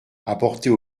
apportés